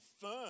firm